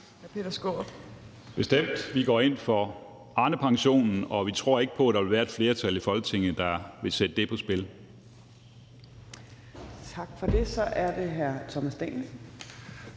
Det er de bestemt. Vi går ind for Arnepensionen, og vi tror ikke på, at der vil være et flertal i Folketinget, der vil sætte den på spil. Kl. 15:43 Anden næstformand